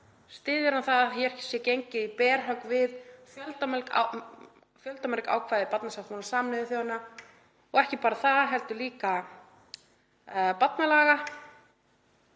Styður hann það að hér sé gengið í berhögg við fjöldamörg ákvæði barnasáttmála Sameinuðu þjóðanna og ekki bara það heldur líka barnalaga?